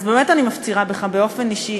אז באמת אני מפצירה בך באופן אישי,